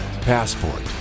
Passport